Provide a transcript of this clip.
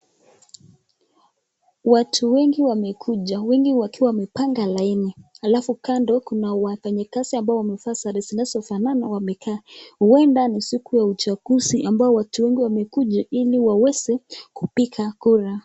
Watu wengi wamekuja, wengi wakiwa wamepanga laini, alafu kando kuna wafanyi kazi ambao wamevaa sare zinazofanana wamekaa, huenda ni siku ya uchaguzi ambapo watu wengi wamekuja waweze kupiga kura.